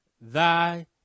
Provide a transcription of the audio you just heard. thy